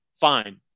fine